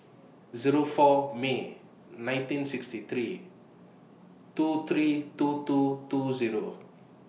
Zero four May nineteen sixty three two three two two two Zero